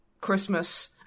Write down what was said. Christmas